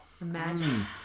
imagine